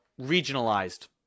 regionalized